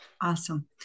Awesome